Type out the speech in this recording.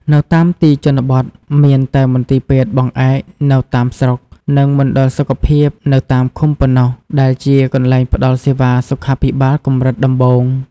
នៅតាមទីជនបទមានតែ មន្ទីរពេទ្យបង្អែកនៅតាមស្រុក និង មណ្ឌលសុខភាពនៅតាមឃុំប៉ុណ្ណោះ ដែលជាកន្លែងផ្តល់សេវាសុខាភិបាលកម្រិតដំបូង។